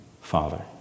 Father